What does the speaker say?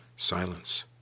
Silence